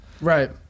Right